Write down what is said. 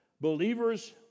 Believers